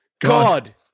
God